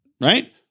right